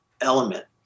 element